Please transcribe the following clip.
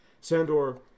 Sandor